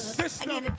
system